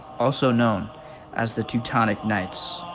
also known as the teutonic knights.